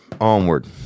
onward